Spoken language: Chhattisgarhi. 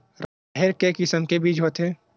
राहेर के किसम के बीज होथे?